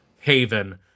Haven